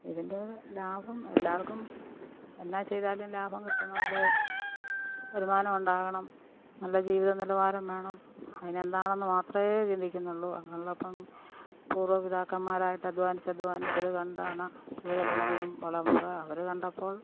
ഇതിൻ്റെ ലാഭം എല്ലാവർക്കും എന്നാ ചെയ്താലും ലാഭം കിട്ടണം അല്ലേ വരുമാനം ഉണ്ടാകണം നല്ല ജീവിത നിലവാരം വേണം അതിന് എന്താണെന്ന് മാത്രമേ ചിന്തിക്കുന്നുള്ളു അങ്ങനെയുള്ളപ്പോള് പൂർവ പിതാക്കന്മാരായിട്ട് അധ്വാനിച്ച് അധ്വാനിച്ച് അതുകണ്ടാണ് യുവതലമുറയും വളർന്നത് അവര് കണ്ടപ്പോൾ